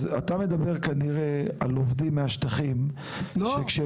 אתה מדבר כנראה על עובדים מהשטחים --- לא,